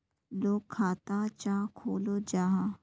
लोग खाता चाँ खोलो जाहा?